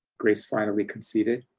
grace finally conceded.